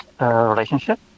relationship